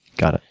got it.